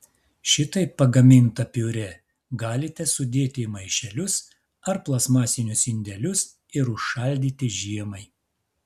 šitaip pagamintą piurė galite sudėti į maišelius ar plastmasinius indelius ir užšaldyti žiemai